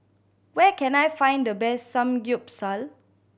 where can I find the best Samgyeopsal